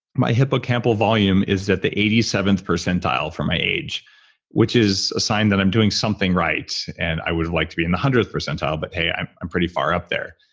my hippocampal volume is that the eighty seventh percentile for my age which is a sign that i'm doing something right and i would like to be in the one hundredth percentile, but hey, i'm i'm pretty far up there.